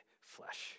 flesh